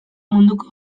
munduko